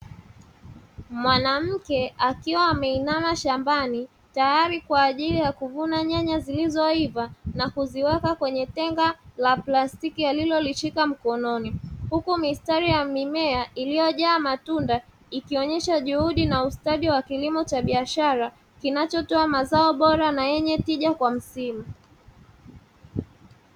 Mwanamke akiwa ameinama shambani tayari kwa ajili ya kuvuna nyanya; zilizoiva na kuziweka kwenye tenga la plastiki alilolishika mkononi. Huku mistari ya mimea iliyojaa matunda, ikionyesha juhudi na ustadi wa kilimo cha biashara kinachotoa mazao bora na yenye tija kwa msimu.